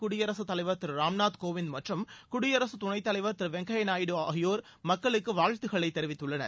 குடியரசுத் தலைவர் திரு ராம்நாத் கோவிந்த் மற்றும் குடியரசுத் தலைவர் துணைத் திரு வெங்கய்யா நாயுடு ஆகியோர் மக்களுக்கு வாழ்த்து தெரிவித்துள்ளனர்